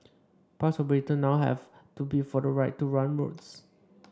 bus operators now have to bid for the right to run routes